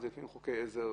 לפעמים לוקחים חוקי עזר